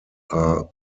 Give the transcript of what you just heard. are